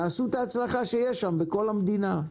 תעשו את ההצלחה שיש שם בכל המדינה.